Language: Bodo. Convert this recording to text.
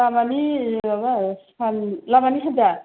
लामानि माबा लामानि सान्जा